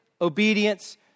obedience